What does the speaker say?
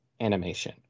animation